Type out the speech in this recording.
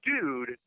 dude